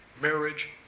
marriage